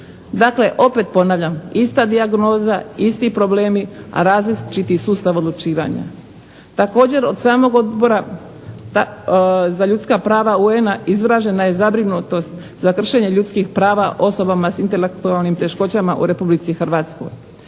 Dakle opet ponavljam, ista dijagnoza, isti problemi, a različiti sustav odlučivanja. Također, od samog Odbora za ljudska prava UN-a izražena je zabrinutost za kršenje ljudskih prava osobama s intelektualnim teškoćama u Republici Hrvatskoj.